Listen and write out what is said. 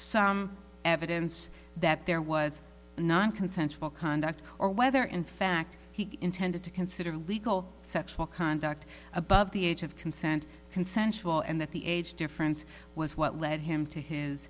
some evidence that there was not consensual conduct or whether in fact he intended to consider illegal sexual conduct above the age of consent consensual and that the age difference was what led him to his